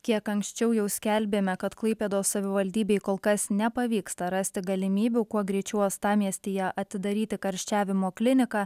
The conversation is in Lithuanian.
kiek anksčiau jau skelbėme kad klaipėdos savivaldybei kol kas nepavyksta rasti galimybių kuo greičiau uostamiestyje atidaryti karščiavimo kliniką